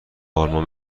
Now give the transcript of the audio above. آلمان